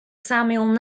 samuel